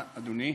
תודה, אדוני.